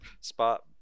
spot